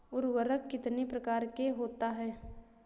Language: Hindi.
उर्वरक कितनी प्रकार के होता हैं?